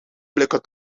blikken